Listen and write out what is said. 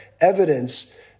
evidence